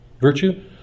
virtue